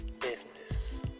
Business